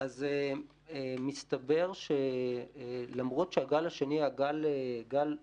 אז מסתבר שלמרות שהגל השני היה גל עוצמתי,